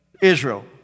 Israel